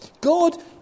god